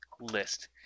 list